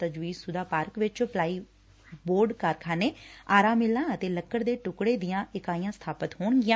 ਤਜਵੀਜਸੁਦਾ park ਵਿਚ ply board ਕਾਰਖਾਨੇ ਆਰਾ ਮਿੱਲਾਂ ਅਤੇ ਲੱਕੜ ਦੇ ਟੁਕੜੇ ਦੀਆਂ ਇਕਾਈਆਂ ਸਬਾਪਤ ਹੋਣਗੀਆਂ